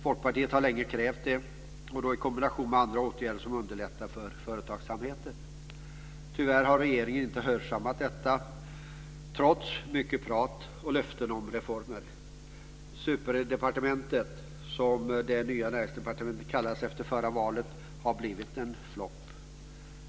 Folkpartiet har länge krävt det; detta i kombination med andra åtgärder som underlättar för företagsamheten. Tyvärr har regeringen inte hörsammat detta, trots mycket prat och löften om reformer. "Superdepartementet", som ju det nya Näringsdepartementet kallades efter förra valet, har blivit en flopp.